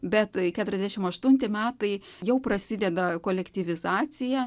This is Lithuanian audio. bet keturiasdešimt aštunti metai jau prasideda kolektyvizacija